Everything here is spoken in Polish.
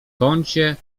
kącie